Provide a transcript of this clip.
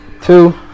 Two